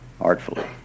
artfully